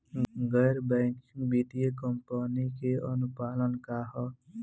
गैर बैंकिंग वित्तीय कंपनी के अनुपालन का ह?